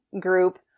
group